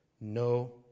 no